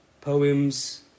poems